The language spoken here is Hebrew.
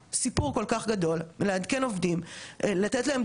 לתת להם דוח איפה נמצא הפיקדון שלהם,